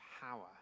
power